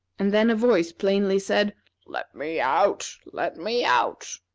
and then a voice plainly said let me out! let me out!